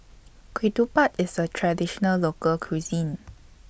Ketupat IS A Traditional Local Cuisine